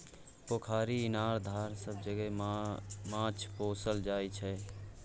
पोखरि, इनार, धार सब जगह माछ पोसल जाइ छै